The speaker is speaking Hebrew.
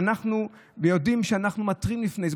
ואנחנו ביודעין, אנחנו מתרים לפני זה.